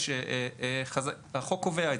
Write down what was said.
בקווים כלליים,